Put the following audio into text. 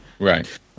Right